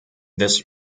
this